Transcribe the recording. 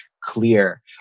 clear